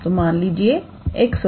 तो मान लीजिए x और y